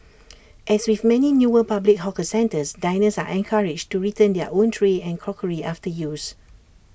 as with many newer public hawker centres diners are encouraged to return their own tray and crockery after use